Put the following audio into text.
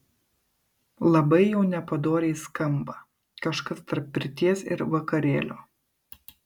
labai jau nepadoriai skamba kažkas tarp pirties ir vakarėlio